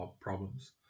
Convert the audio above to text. problems